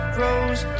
rose